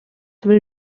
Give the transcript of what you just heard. will